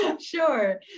Sure